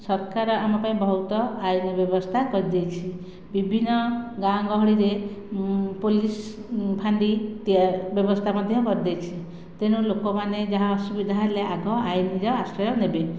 ସରକାର ଆମପାଇଁ ବହୁତ ଆଇନ୍ ବ୍ୟବସ୍ଥା କରିଦେଇଛି ବିଭିନ୍ନ ଗାଁ ଗହଳି ରେ ପୋଲିସ୍ ଫାଣ୍ଡି ବ୍ୟବସ୍ଥା ମଧ୍ୟ କରିଦେଇଛି ତେଣୁ ଲୋକ ମାନେ ଯାହା ଅସୁବିଧା ହେଲେ ଆଗ ଆଇନ ର ଆଶ୍ରୟ ନେବେ